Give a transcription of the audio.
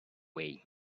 way